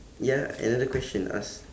ya another question ask